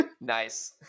Nice